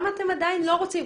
למה אתם עדיין לא רוצים?